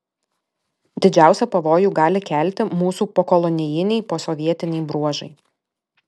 didžiausią pavojų gali kelti mūsų pokolonijiniai posovietiniai bruožai